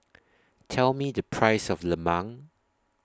Tell Me The Price of Lemang